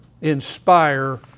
inspire